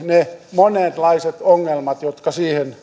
monenlaiset ongelmat jotka